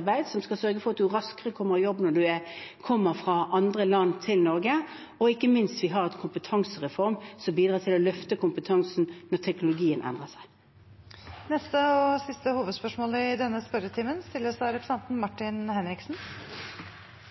man raskere kommer i jobb når man kommer fra andre land til Norge. Og ikke minst – vi har en kompetansereform som bidrar til å løfte kompetansen når teknologien endrer seg. Vi går til neste og siste hovedspørsmål. Det er ikke bare fødetilbudet som skaper engasjement i